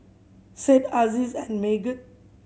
Said Aziz and Megat